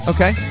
Okay